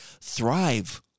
thrive